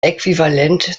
äquivalent